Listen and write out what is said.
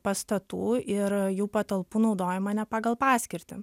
pastatų ir jų patalpų naudojimą ne pagal paskirtį